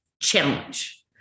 challenge